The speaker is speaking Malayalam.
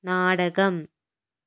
നാടകം